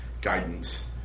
guidance